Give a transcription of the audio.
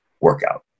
workout